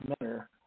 manner